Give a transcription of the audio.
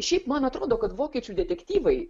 šiaip man atrodo kad vokiečių detektyvai